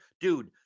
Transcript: dude